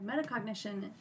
Metacognition